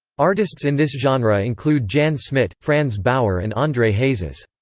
artists in this genre include jan smit, frans bauer and andre hazes.